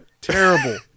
Terrible